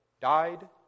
died